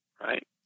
right